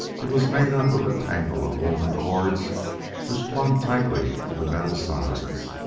it was made up of a tangle of woven cords which clung tightly to the metal sides.